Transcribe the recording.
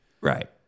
Right